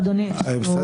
היושב-ראש.